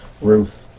Ruth